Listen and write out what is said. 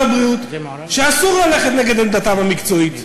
הבריאות שאסור ללכת נגד עמדתם המקצועית,